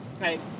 right